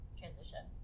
transition